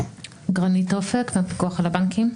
אני מהפיקוח על הבנקים.